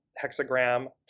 hexagram